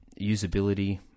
usability